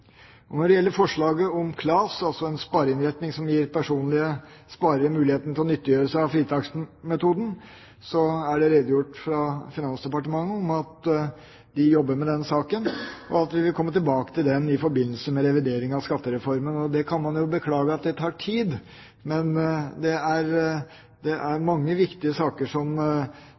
utvide. Når det gjelder forslaget om KLAS, en spareinnretning som gir personlige sparere muligheten til å nyttiggjøre seg fritaksmetoden, er det redegjort fra Finansdepartementet om at de jobber med saken, og at de vil komme tilbake til den i forbindelse med revideringen av skattereformen. Det kan man beklage at tar tid, men det er mange viktige saker som